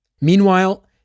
Meanwhile